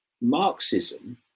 Marxism